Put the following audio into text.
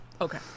Okay